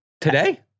Today